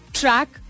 track